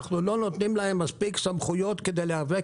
אנחנו לא נותנים להם מספיק סמכויות כדי להיאבק